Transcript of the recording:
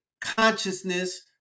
consciousness